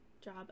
job